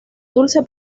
dulce